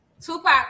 Tupac